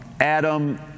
Adam